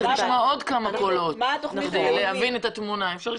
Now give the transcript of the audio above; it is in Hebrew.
צריך לשמוע עוד כמה קולות כדי להבין את התמונה.